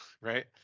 right